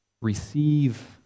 receive